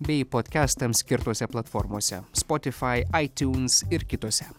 bei podkestams skirtose platformose spotifai aitiuns ir kitose